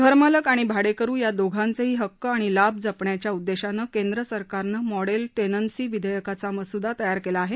घरमालक आणि भाडेकरु या दोघांचेही हक्क आणि लाभ जपण्याच्या उद्देशानं केंद्र सरकारनं मॉडेल टेनन्सी विधेयकाचा मसुदा तयार केला आहे